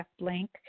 link